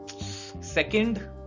second